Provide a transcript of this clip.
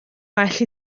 well